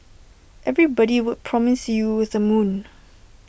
everybody would promise you with A moon